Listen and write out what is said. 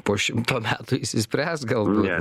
po šimto metų išsispręs galvoje